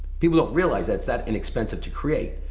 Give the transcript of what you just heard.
people don't realize it's that inexpensive to create.